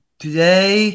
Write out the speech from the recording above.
today